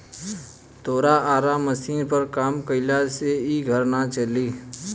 तोरा आरा मशीनी पर काम कईला से इ घर ना चली